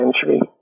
century